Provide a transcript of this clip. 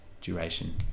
duration